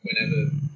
Whenever